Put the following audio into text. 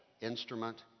instrument